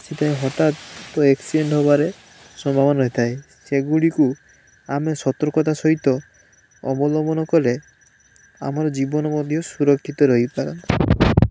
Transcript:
ଆସିଥାଏ ସେଥିପାଇଁ ହଠାତ୍ ଆକ୍ସିଡେଣ୍ଟ ହେବାରେ ସମ୍ଭାବନା ରହିଥାଏ ସେଗୁଡ଼ିକୁ ଆମେ ସର୍ତକତା ସହିତ ଅବଲମ୍ବନ କଲେ ଆମର ଜୀବନ ମଧ୍ୟ ସୁରକ୍ଷିତ ରହିପାରନ୍ତା